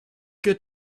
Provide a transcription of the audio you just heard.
good